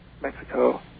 Mexico